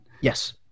Yes